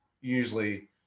usually